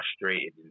frustrated